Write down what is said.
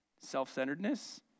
self-centeredness